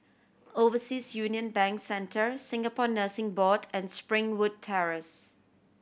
Overseas Union Bank Centre Singapore Nursing Board and Springwood Terrace